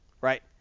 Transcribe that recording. Right